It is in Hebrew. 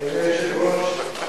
אדוני היושב-ראש,